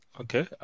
Okay